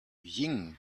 ying